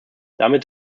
damit